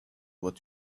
what